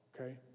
okay